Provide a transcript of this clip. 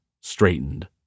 straightened